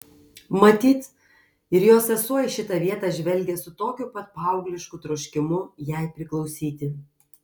matyt ir jos sesuo į šitą vietą žvelgė su tokiu pat paauglišku troškimu jai priklausyti